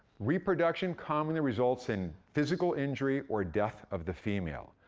reproduction commonly results in physical injury or death of the female,